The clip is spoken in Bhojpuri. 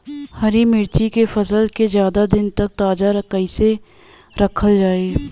हरि मिर्च के फसल के ज्यादा दिन तक ताजा कइसे रखल जाई?